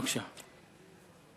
בבקשה.